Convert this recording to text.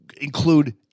include